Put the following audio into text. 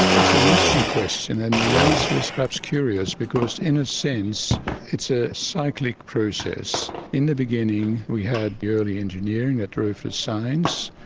it's an interesting question and the answer is perhaps curious because in a sense it's a cyclic process. in the beginning we had the early engineering that drove the science.